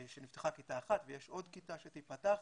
שנפתחה כיתה אחת ויש עוד כיתה שתיפתח,